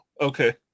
okay